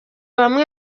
bamwe